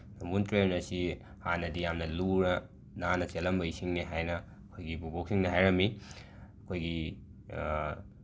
ꯅꯝꯕꯨꯜ ꯇꯨꯔꯦꯟ ꯑꯁꯤ ꯍꯥꯟꯅꯗꯤ ꯌꯥꯝꯅ ꯂꯨꯅ ꯅꯥꯟꯅ ꯆꯦꯜꯂꯝꯕ ꯏꯁꯤꯡꯅꯤ ꯍꯥꯏꯅ ꯑꯩꯈꯣꯏꯒꯤ ꯕꯨꯕꯣꯛꯁꯤꯡꯅ ꯍꯥꯏꯔꯝꯃꯤ ꯑꯩꯈꯣꯏꯒꯤ